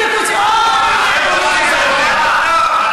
אני מצטער.